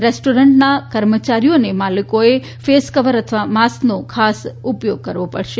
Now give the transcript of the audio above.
રેસ્ટોરન્ટના કર્મચારીઓ અને માલિકોએ ફેસ કવર અથવા માસ્કનો ખાસ ઉપથોગ કરવો પડશે